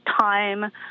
time